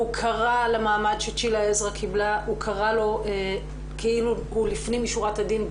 הוא קרא למעמד שצ'ילה עזרא קיבלה לפנים משורת הדין,